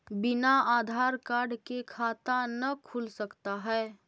बिना आधार कार्ड के खाता न खुल सकता है?